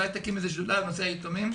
אולי תקים איזו שדולה בנושא היתומים.